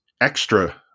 extra